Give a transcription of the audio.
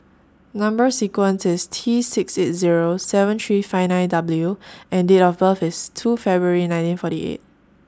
Number sequence IS T six eight Zero seven three five nine W and Date of birth IS two February nineteen forty eight